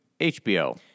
HBO